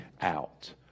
out